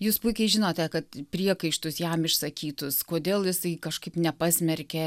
jūs puikiai žinote kad priekaištus jam išsakytus kodėl jisai kažkaip nepasmerkė